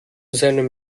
seinem